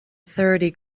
thirty